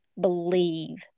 believe